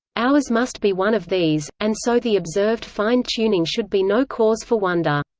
ours must be one of these, and so the observed fine tuning should be no cause for wonder.